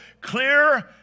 clear